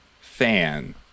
fan